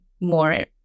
more